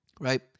Right